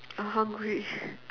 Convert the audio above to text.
I hungry